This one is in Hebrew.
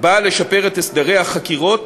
באה לשפר את הסדרי החקירות